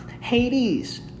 Hades